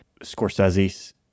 Scorsese